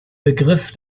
begriff